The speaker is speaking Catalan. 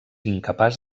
incapaç